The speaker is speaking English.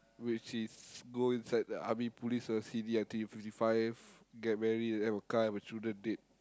which is go inside the army police or C_D until you fifty five get married and have a car have a children date